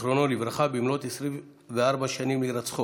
זיכרונו לברכה, במלאות 24 שנים להירצחו.